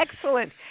excellent